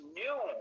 new